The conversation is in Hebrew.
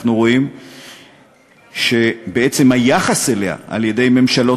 אנחנו רואים שבעצם היחס אליה מצד ממשלות